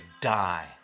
die